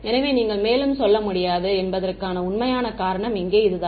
எனவே நீங்கள் மேலும் செல்ல முடியாது என்பதற்கான உண்மையான காரணம் இங்கே இதுதான்